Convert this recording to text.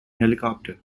helicopter